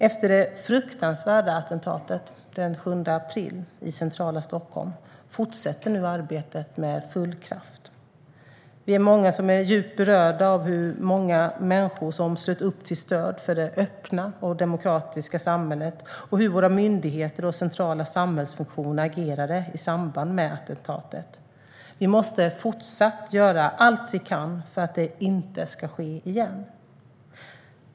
Efter det fruktansvärda attentatet den 7 april i centrala Stockholm fortsätter nu arbetet med full kraft. Vi är många som är djupt berörda av hur många människor som slöt upp till stöd för det öppna och demokratiska samhället och hur våra myndigheter och centrala samhällsfunktioner agerade i samband med attentatet. Vi måste fortsatt göra allt vi kan för att det inte ska ske igen.